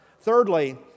Thirdly